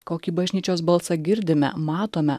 kokį bažnyčios balsą girdime matome